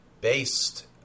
based